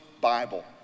Bible